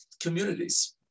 communities